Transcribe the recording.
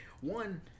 one